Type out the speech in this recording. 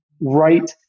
right